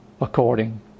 according